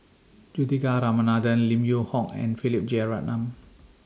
Juthika Ramanathan Lim Yew Hock and Philip Jeyaretnam